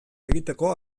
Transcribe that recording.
egiteko